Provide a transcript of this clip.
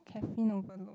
caffeine overload